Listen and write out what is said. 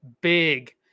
big